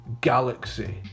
galaxy